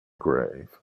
grave